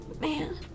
man